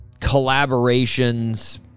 collaborations